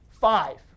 five